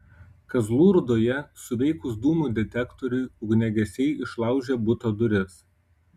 kazlų rūdoje suveikus dūmų detektoriui ugniagesiai išlaužė buto duris